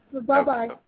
Bye-bye